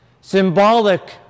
symbolic